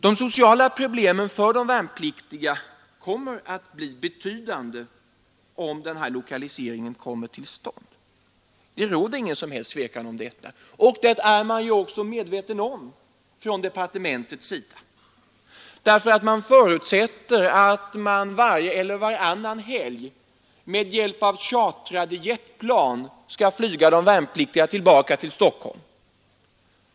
De sociala problemen för de värnpliktiga kommer att bli betydande om den här lokaliseringen kommer till stånd. Det råder ingen som helst tvekan om det, och det är man också medveten om från departementets sida. Man förutsätter nämligen att man varje eller varannan helg med hjälp av chartrade jetplan skall flyga de värnpliktiga tillbaka till Stockholm.